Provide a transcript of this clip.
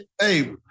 Hey